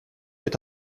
est